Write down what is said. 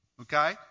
okay